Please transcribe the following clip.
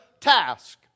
task